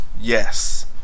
yes